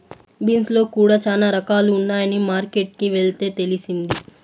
beans లో కూడా చానా రకాలు ఉన్నాయని మార్కెట్ కి వెళ్తే తెలిసింది